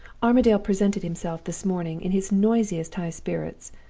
armadale presented himself this morning, in his noisiest high spirits,